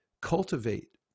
cultivate